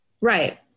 Right